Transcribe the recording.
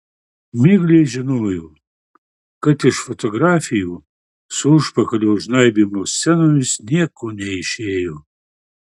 miglė žinojo kad iš fotografijų su užpakalio žnaibymo scenomis nieko neišėjo